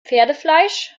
pferdefleisch